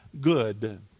good